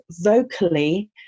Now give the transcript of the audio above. vocally